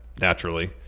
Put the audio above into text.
naturally